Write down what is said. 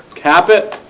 cap it,